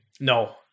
No